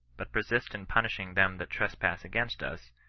but persist in punish ing them that trespass against us,